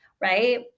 right